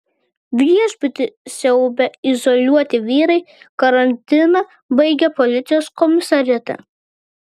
viešbutį siaubę izoliuoti vyrai karantiną baigė policijos komisariate